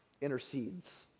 intercedes